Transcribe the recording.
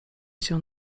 się